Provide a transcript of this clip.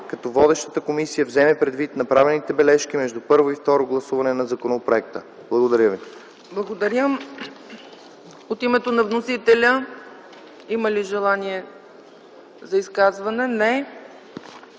като водещата комисия вземе предвид направените бележки между първо и второ гласуване на законопроекта.” Благодаря. ПРЕДСЕДАТЕЛ ЦЕЦКА ЦАЧЕВА: Благодаря. От името на вносителя има ли желание за изказване? Няма.